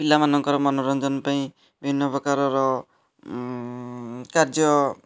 ପିଲାମାନଙ୍କର ମନୋରଞ୍ଜନ ପାଇଁ ବିଭିନ୍ନ ପ୍ରକାରର କାର୍ଯ୍ୟ